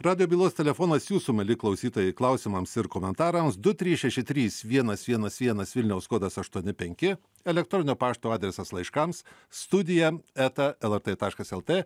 radijo bylos telefonas jūsų mieli klausytojai klausimams ir komentarams du trys šeši trys vienas vienas vienas vilniaus kodas aštuoni penki elektroninio pašto adresas laiškams studija eta lrt taškas lt